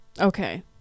okay